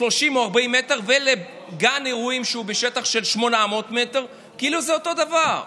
30 או 40 מטר ולגן אירועים שהוא בשטח של 800 מטר כאילו זה אותו דבר,